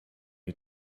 you